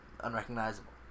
unrecognizable